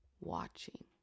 watching